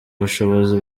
bushobozi